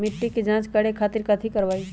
मिट्टी के जाँच करे खातिर कैथी करवाई?